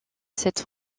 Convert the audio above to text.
cette